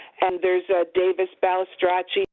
and there's a david balstroche yeah